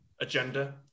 agenda